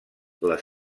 les